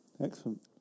Excellent